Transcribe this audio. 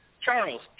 Charles